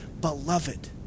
beloved